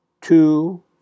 two